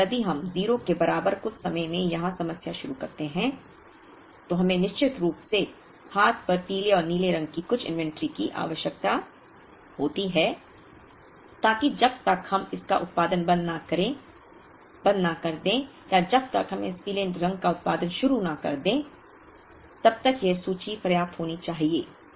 इसलिए यदि हम 0 के बराबर कुछ समय में यहां समस्या शुरू करते हैं तो हमें निश्चित रूप से हाथ पर पीले और नीले रंग की कुछ इन्वेंट्री की आवश्यकता होती है ताकि जब तक हम इसका उत्पादन बंद न कर दें या जब तक हम इस पीले रंग का उत्पादन शुरू न कर दें तब तक यह सूची पर्याप्त होनी चाहिए